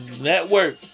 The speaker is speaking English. Network